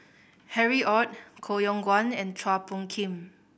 Harry Ord Koh Yong Guan and Chua Phung Kim